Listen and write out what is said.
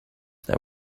that